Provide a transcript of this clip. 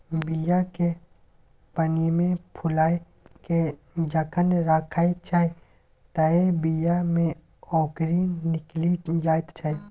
बीया केँ पानिमे फुलाए केँ जखन राखै छै तए बीया मे औंकरी निकलि जाइत छै